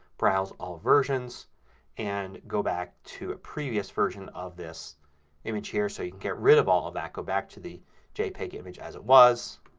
browse all versions and go back to a previous version of this image here so you can get rid of all of that. go back to the jpeg image as it was